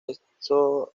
esto